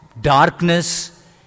darkness